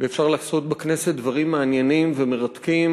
ואפשר לעשות בכנסת דברים מעניינים ומרתקים